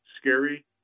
scary